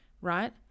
right